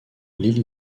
lily